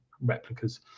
replicas